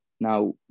Now